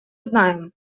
знаем